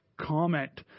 comment